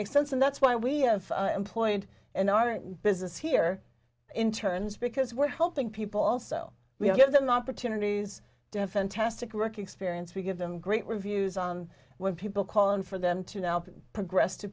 makes sense and that's why we have employed in our business here in turns because we're helping people also we give them opportunities defend testicle work experience we give them great reviews on when people call in for them to now progress to